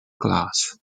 glass